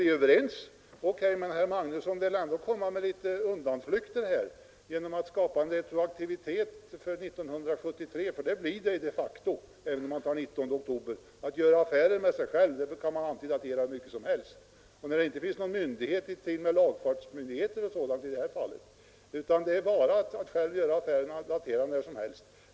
Vi är överens, säger herr Magnusson i Borås, men han vill ändå komma med litet undanflykter genom att skapa retroaktivitet för 1973, för det blir det de facto även om man tar den 19 oktober som gräns. Gör man affärer med sig själv kan man ju antedatera hur mycket som helst. I det här fallet finns det ju inte någon lagfartsmyndighet eller något sådant, utan det är bara att själv göra affärerna och datera dem när som helst.